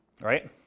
right